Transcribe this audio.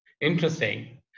interesting